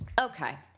Okay